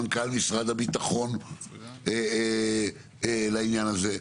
מנכ"ל משרד הביטחון לעניין הזה.